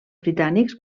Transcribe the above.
britànics